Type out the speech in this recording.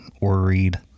worried